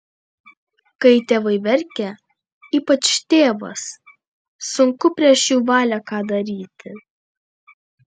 kai tėvai verkia ypač tėvas sunku prieš jų valią ką daryti